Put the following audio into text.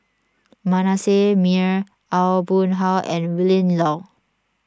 Manasseh Meyer Aw Boon Haw and Willin Low